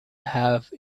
have